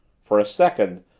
for a second,